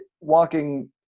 Walking